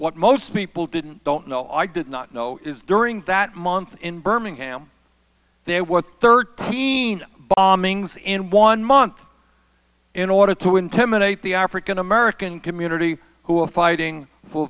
what most people didn't don't know i did not know is during that month in birmingham there were thirteen in one month in order to intimidate the african american community who are fighting for